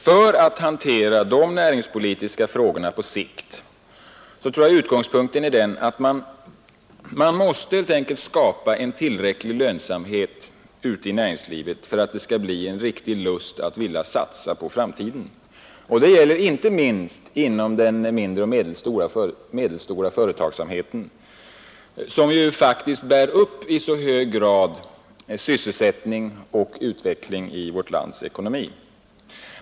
För att hantera dessa näringspolitiska frågor på sikt måste vi skapa en tillräcklig lönsamhet ute i näringslivet för att det skall uppstå en verklig lust att satsa på framtiden. Det gäller inte minst inom den mindre och medelstora företagsamheten, som faktiskt i så hög grad bär upp sysselsättning och utveckling i vårt lands ekonomi.